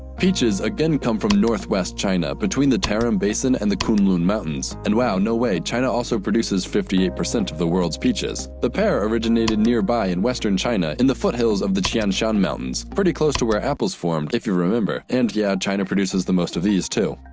peaches, again, come from north-west china, between the tarim basin and the kunlun mountains. and wow, no way! china also produces fifty eight percent of the world's peaches. the pear originated nearby, in western china, in the foothills of the tian shan mountains. pretty close to where apple's from, if you remember. and yeah, china produces the most of these too.